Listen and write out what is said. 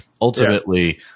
Ultimately